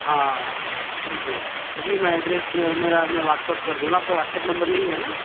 हाँ जी जी जी मैं एड्रेस मेरा मैं वाट्सअप कर दूंगा आपका वाट्सअप नम्बर यही है न